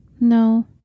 no